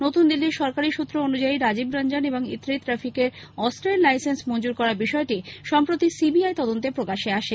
নতুন দিল্লীর সরকারি সূত্র অনুসারে রাজীব রঞ্জন এবং ইতরিত রৌফিকের অস্ত্রের লাইসেন্স মঞ্জুর করার বিষ্য়টি সম্প্রতি সিবিআই তদন্তে প্রকাশ্যে আসে